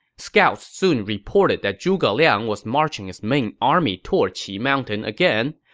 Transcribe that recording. scouts soon reported that zhuge liang was marching his main army toward qi mountain again,